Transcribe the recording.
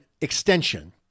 extension